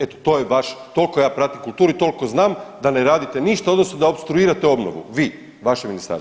Eto to je vaš, toliko ja pratim kulturu i toliko znam da ne radite ništa, odnosno da opstruirate obnovu, vi, vaše ministarstvo.